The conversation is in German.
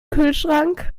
kühlschrank